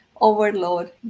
overload